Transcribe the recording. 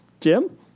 Jim